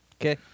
Okay